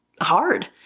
hard